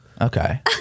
Okay